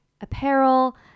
apparel